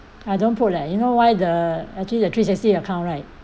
I don't put leh you know why the actually the three sixty account right